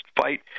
fight